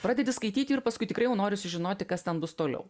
pradedi skaityti ir paskui tikrai jau nori sužinoti kas ten bus toliau